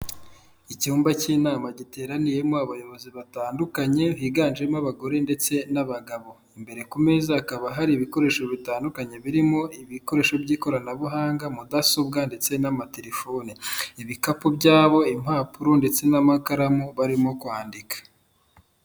Icyumba cy'inama giteraniyemo abayobozi batandukanye, higanjemo abagore ndetse n'abagabo. Imbere ku meza hakaba hari ibikoresho bitandukanye birimo ibikoresho by'ikoranabuhanga, mudasobwa ndetse n'amaterefoni, ibikapu byabo, impapuro ndetse n'amakaramu, barimo kwandika.